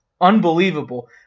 unbelievable